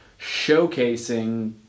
showcasing